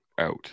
out